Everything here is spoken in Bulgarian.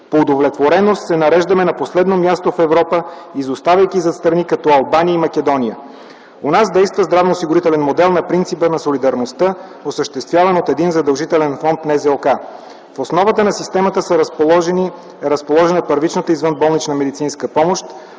По удовлетвореност се нареждаме на последно място в Европа, изоставайки зад страни като Албания и Македония. У нас действа здравноосигурителен модел на принципа на солидарността, осъществяван от един задължителен фонд – НЗОК. В основата на системата е разположена първичната извънболнична медицинска помощ,